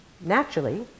Naturally